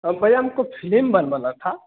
हाँ भैया हमको फिलिम बनवाना था